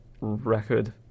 record